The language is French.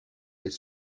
est